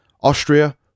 Austria